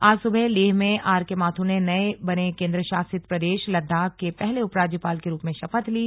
आज सुबह लेह में आर के माथुर ने नये बने केन्द्रशासित प्रदेश लद्दाख के पहले उपराज्यपाल के रूप में शपथ ली